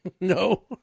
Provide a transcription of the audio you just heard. No